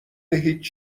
هیچ